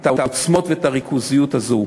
את העוצמות ואת הריכוזיות הזאת.